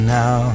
now